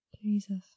Jesus